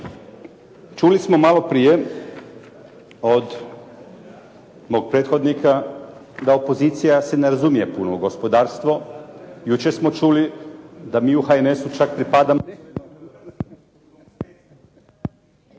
Čuli smo maloprije od mog prethodnika da opozicija se ne razumije puno u gospodarstvo. Jučer smo čuli da mi u HNS-u čak pripadamo